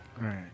right